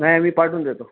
नाही मी पाठवून देतो